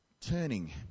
Turning